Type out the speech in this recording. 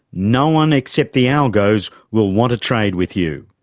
no one except the algos will want to trade with you.